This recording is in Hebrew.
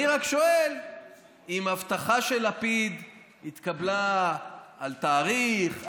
אני רק שואל אם הבטחה של לפיד התקבלה על תאריך,